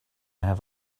have